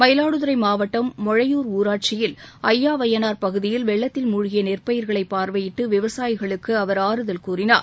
மயிலாடுதுரை மாவட்டம் மொழையூர் ஊராட்சியில் அய்யாவையனார் பகுதியில் வெள்ளத்தில் மூழ்கிய நெற்பயிர்களை பார்வையிட்டு விவசாயிகளுக்கு அவர் ஆறுதல் கூறினார்